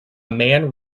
man